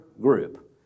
group